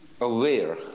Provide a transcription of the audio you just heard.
aware